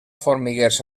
formiguers